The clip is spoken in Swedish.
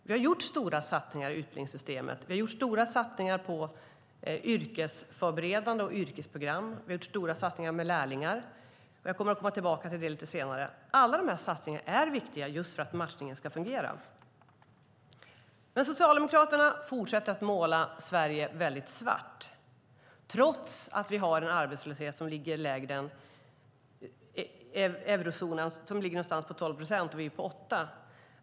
Vi har gjort stora satsningar i utbildningssystemet. Vi har gjort stora satsningar på yrkesförberedande program och yrkesprogram. Vi har gjort stora satsningar när det gäller lärlingar - jag kommer att komma tillbaka till det lite senare. Alla de här satsningarna är viktiga just för att matchningen ska fungera. Men Socialdemokraterna fortsätter att måla Sverige väldigt svart trots att vi har en arbetslöshet som ligger lägre än eurozonens - den ligger på någonstans runt 12 procent, och vår ligger på 8.